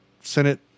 Senate